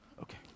Okay